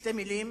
בשתי מלים,